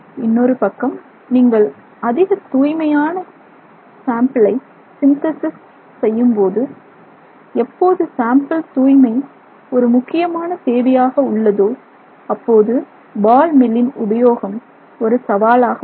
இன்னொரு பக்கம் நீங்கள் அதிக தூய்மையான சாம்பிளை சிந்தஸிஸ் செய்யும்போது எப்போது சாம்பிள் தூய்மை ஒரு முக்கியமான தேவையாக உள்ளதோ அப்போது பால் மில்லின் உபயோகம் ஒரு சவாலாக உள்ளது